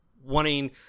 wanting –